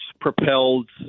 propelled